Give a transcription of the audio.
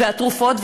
והתרופות,